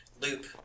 loop